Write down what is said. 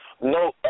no